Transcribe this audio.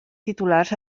titulars